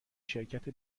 شرکت